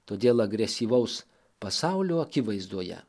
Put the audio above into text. todėl agresyvaus pasaulio akivaizdoje